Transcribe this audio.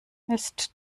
ist